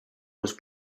was